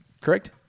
Correct